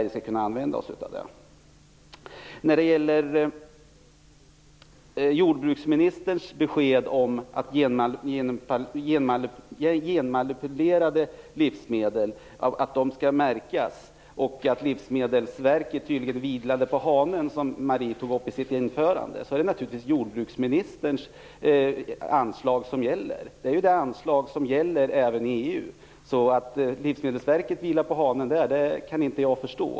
I sitt anförande tog Marie Wilén upp jordbruksministerns besked att genmanipulerade livsmedel skall märkas och ställde det mot det faktum att Livsmedelsverket vilar på hanen i detta avseende. Det är naturligtvis jordbruksministerns anslag som gäller. Det är ju det anslag som gäller även i EU. Att Livsmedelsverket på den punkten vilar på hanen kan jag inte alls förstå.